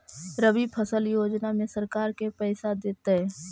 रबि फसल योजना में सरकार के पैसा देतै?